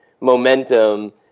momentum